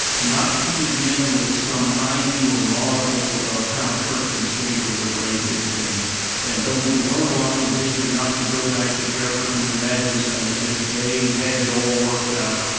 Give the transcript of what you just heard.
not to begin with some ideal model of how church and state are related. and and though we can learn a lot from history, not to go back to jefferson and madison as if they had it all worked out,